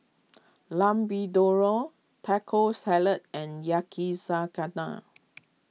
Lamb Vindaloo Taco Salad and Yakizakana